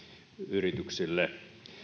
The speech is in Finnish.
yrityksille